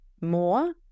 more